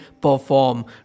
perform